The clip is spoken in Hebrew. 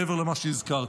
מעבר למה שהזכרתי.